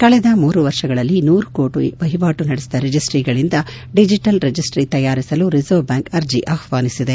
ಕಳೆದ ಮೂರು ವರ್ಷಗಳಲ್ಲಿ ನೂರು ಕೋಟ ವಹಿವಾಟು ನಡೆಸಿದ ರಿಜಿಸ್ನೀಗಳಿಂದ ಡಿಜಿಟಲ್ ರಿಜಿಸ್ನಿ ತಯಾರಿಸಲು ರಿಸರ್ವ್ ಬ್ಲಾಂಕ್ ಅರ್ಜೆ ಆಹ್ವಾನಿಸಿದೆ